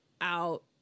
out